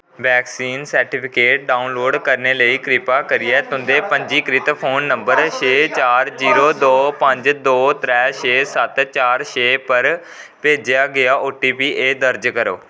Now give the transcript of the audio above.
vaccine certificate download करने लेई कृपा करियै तुं'दे पंजीकृत फोन नंबर छे चार जीरो दो पंज दो त्रै छे सत्त चार छे पर भेजेआ गेआ ओटीपी ऐ दर्ज करो